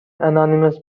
anonymous